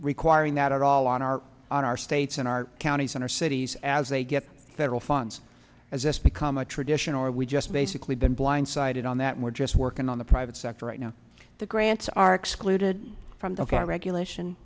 requiring that all on our on our states in our counties inner cities as they get federal funds as this become a tradition or are we just basically been blindsided on that we're just working on the private sector right now the grants are excluded from the car regulation